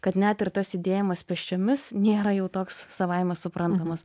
kad net ir tas judėjimas pėsčiomis nėra jau toks savaime suprantamas